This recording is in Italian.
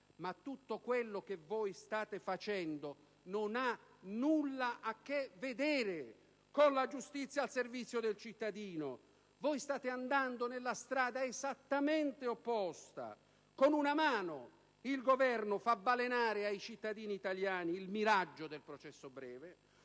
ma tutto quello che state facendo non ha nulla a che vedere con la giustizia al servizio del cittadino. State andando nella strada esattamente opposta: con una mano, il Governo fa balenare ai cittadini italiani il miraggio del processo breve,